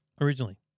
originally